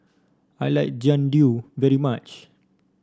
I like Jian Dui very much